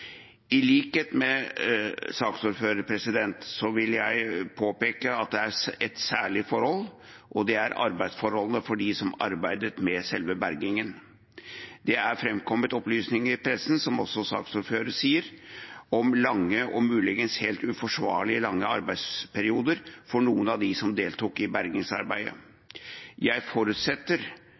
I likhet med saksordføreren vil jeg påpeke et særlig forhold, og det er arbeidsforholdene for dem som arbeidet med selve bergingen. Det er framkommet opplysninger i pressen, som også saksordføreren sier, om lange – og muligens helt uforsvarlig lange – arbeidsperioder for noen av dem som deltok i bergingsarbeidet. Jeg forutsetter